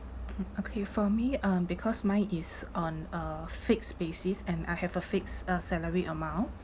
okay for me um because mine is on a fixed basis and I have a fixed uh salary amount